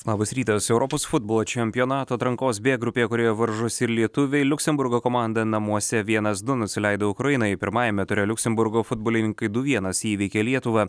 labas rytas europos futbolo čempionato atrankos b grupėje kurioje varžosi ir lietuviai liuksemburgo komanda namuose vienas du nusileido ukrainai pirmajame ture liuksemburgo futbolininkai du vienas įveikė lietuvą